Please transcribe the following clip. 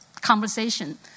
conversation